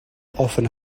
often